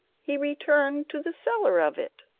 he returned to the seller of it.